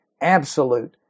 absolute